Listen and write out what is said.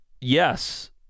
yes